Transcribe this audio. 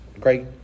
great